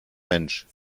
mensch